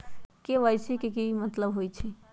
KYC के कि मतलब होइछइ?